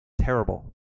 Terrible